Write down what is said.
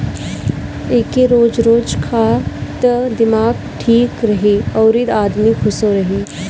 एके रोज रोज खा त दिमाग ठीक रही अउरी आदमी खुशो रही